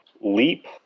leap